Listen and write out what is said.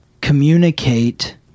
communicate